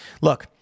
Look